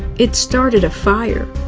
it started a fire.